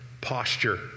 posture